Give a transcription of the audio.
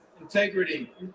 integrity